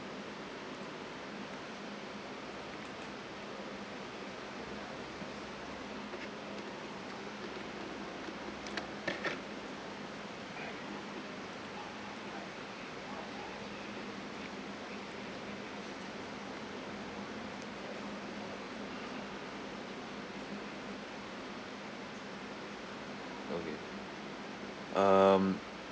okay um